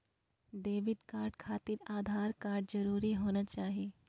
Debit card खातिर Aadhaar card जरूरी होना चाहिए?